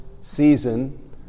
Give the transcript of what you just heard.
season